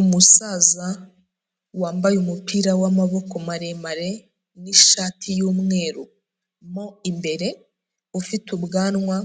Umusaza wambaye umupira w'amaboko maremare n'ishati y'umweru mo imbere, ufite ubwanwa